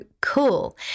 cool